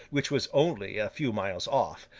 which was only a few miles off,